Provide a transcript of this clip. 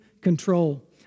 control